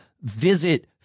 visit